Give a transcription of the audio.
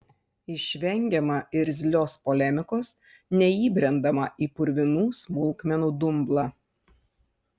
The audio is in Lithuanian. išvengiama irzlios polemikos neįbrendama į purvinų smulkmenų dumblą